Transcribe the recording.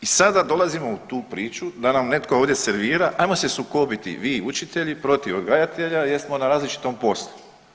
I sada dolazimo u tu priču da nam netko ovdje servira ajmo se sukobiti vi i učitelji protiv odgajatelja jer smo na različitom poslu.